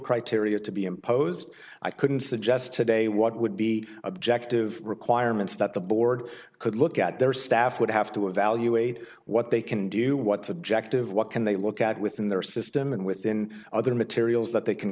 criteria to be imposed i couldn't suggest today what would be objective requirements that the board could look at their staff would have to evaluate what they can do what's objective what can they look at within their system and within other materials that they can